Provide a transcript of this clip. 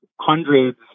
hundreds